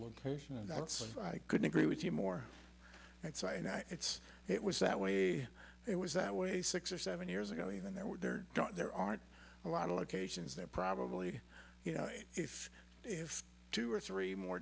location and that's i couldn't agree with you more it's it was that way it was that way six or seven years ago when there were there aren't a lot of locations there probably you know if if two or three more